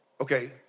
okay